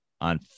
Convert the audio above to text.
on